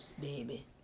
baby